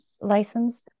license